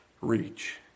reach